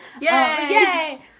yay